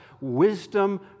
wisdom